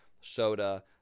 soda